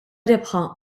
rebħa